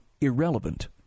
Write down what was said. irrelevant